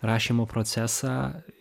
rašymo procesą